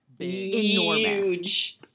enormous